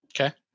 okay